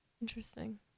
Interesting